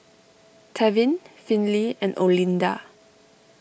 Tevin Finley and Olinda